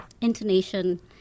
intonation